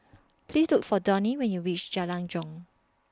Please Look For Donnie when YOU REACH Jalan Jong